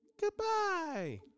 goodbye